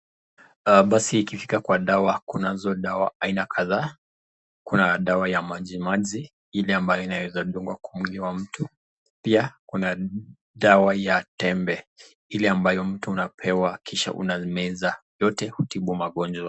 Basi ikifika kwa dawa kunazo dawa aina kadhaa, kuna dawa ya majimaji ile ambayo inaweza dungwa kwa mwili ya mtu, pia kuna dawa ya tembe ile ambayo mtu unapewa kisha unameza, yote hutibu magonjwa.